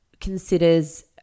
considers